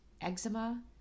eczema